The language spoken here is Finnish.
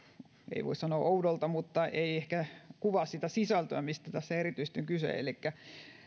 ei voi sanoa oudolta mutta se ei ehkä kuvaa sitä sisältöä mistä tässä erityisesti on kyse elikkä lakiesityksessä